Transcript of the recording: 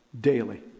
Daily